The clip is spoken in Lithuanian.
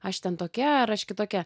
aš ten tokia ar aš kitokia